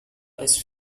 ice